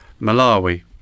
Malawi